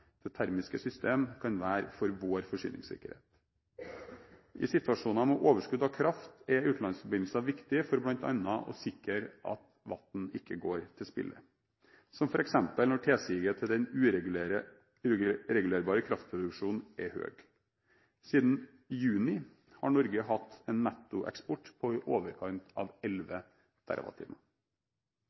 det termiske system – kan være for vår forsyningssikkerhet. I situasjoner med overskudd av kraft er utenlandsforbindelser viktige for bl.a. å sikre at vann ikke går til spille, som f.eks. når tilsiget til den uregulerbare kraftproduksjonen er høy. Siden juni har Norge hatt en nettoeksport på i overkant av